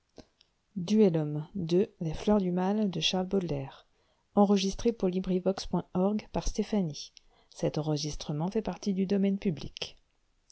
les fleurs du mal ne